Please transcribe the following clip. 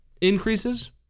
increases